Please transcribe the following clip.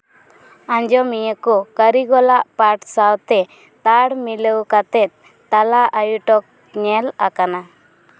ᱟᱸᱡᱚᱢᱤᱭᱟᱹ ᱠᱚ ᱠᱟᱹᱨᱤᱜᱚᱞᱟᱜ ᱯᱟᱨᱴ ᱥᱟᱶᱛᱮ ᱛᱟᱲ ᱢᱤᱞᱟᱹᱣ ᱠᱟᱛᱮᱫ ᱛᱟᱞᱟ ᱟᱭᱴᱚᱠ ᱧᱮᱞ ᱟᱠᱟᱱᱟ